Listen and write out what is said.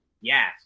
Yes